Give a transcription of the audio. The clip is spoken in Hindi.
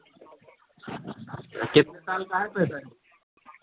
कितने साल का है पेसेन्ट